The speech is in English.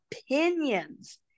opinions